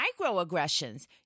microaggressions